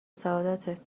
سعادتت